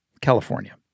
California